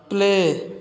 play